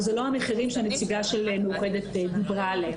אבל זה לא המחירים שהנציגה של מאוחדת דיברה עליהם.